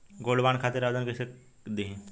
Gold bond खातिर आवेदन कैसे दिही?